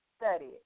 study